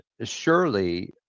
Surely